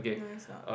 no it's not